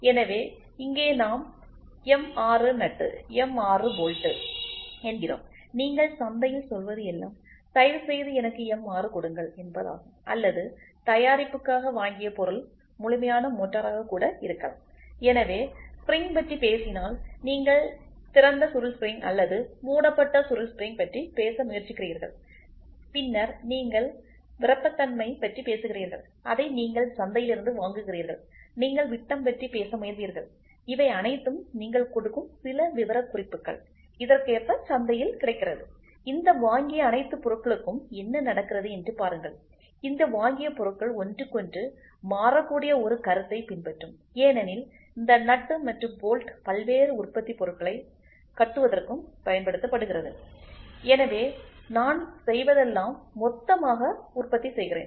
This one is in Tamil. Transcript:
எனவே இங்கே நாம் எம் 6 நட்டு எம் 6 போல்ட் என்கிறோம் நீங்கள் சந்தையில் சொல்வது எல்லாம் தயவுசெய்து எனக்கு எம் 6 கொடுங்கள் என்பதாகும் அல்லது தயாரிப்புக்காக வாங்கிய பொருள் முழுமையான மோட்டராக கூட இருக்கலாம் எனவே ஸ்பிரிங்பற்றி பேசினால் நீங்கள் திறந்த சுருள் ஸ்பிரிங் அல்லது மூடப்பட்ட சுருள் ஸ்பிரிங் பற்றி பேச முயற்சிக்கிறீர்கள் பின்னர் நீங்கள் விறைப்புதன்மை பற்றி பேசுகிறீர்கள் அதை நீங்கள் சந்தையில் இருந்து வாங்குகிறீர்கள் நீங்கள் விட்டம் பற்றி பேச முயல்வீர்கள் இவை அனைத்தும் நீங்கள் கொடுக்கும் சில விவரக்குறிப்புகள் இதற்கேற்ப சந்தையில் கிடைக்கிறது இந்த வாங்கிய அனைத்து பொருட்களுக்கும் என்ன நடக்கிறது என்று பாருங்கள் இந்த வாங்கிய பொருட்கள் ஒன்றுக்கொன்று மாறக்கூடிய ஒரு கருத்தைப் பின்பற்றும் ஏனெனில் இந்த நட்டு மற்றும் போல்ட் பல்வேறு உற்பத்தி பொருட்களை கட்டுவதற்குப் பயன்படுத்தப்படுகிறது எனவே நான் செய்வதெல்லாம் மொத்தமாக உற்பத்தி செய்கிறேன்